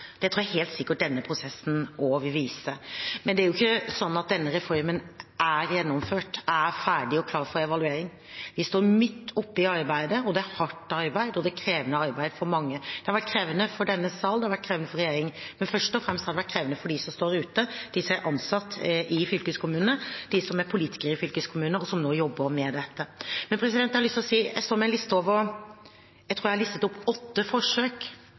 Det tror jeg helt sikkert denne prosessen også vil vise. Men det er ikke sånn at denne reformen er gjennomført, ferdig og klar for evaluering. Vi står midt oppe i arbeidet. Det er hardt arbeid, og det er krevende arbeid for mange. Det har vært krevende for denne sal, det har vært krevende for regjeringen, men først og fremst har det vært krevende for dem som står der ute, de som er ansatt i fylkeskommunene, de som er politikere i fylkeskommunene, og som nå jobber med dette. Men jeg har lyst til å si at jeg står her med en liste – jeg tror jeg har listet opp åtte forsøk